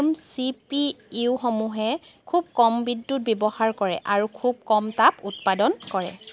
arm চি পি ইউসমূহে খুব কম বিদ্যুৎ ব্যৱহাৰ কৰে আৰু খুব কম তাপ উৎপাদন কৰে